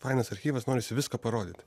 fainas archyvas norisi viską parodyt